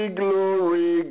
glory